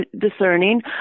discerning